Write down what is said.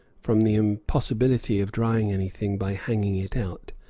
from the impossibility of drying anything by hanging it out.